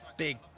big